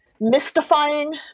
mystifying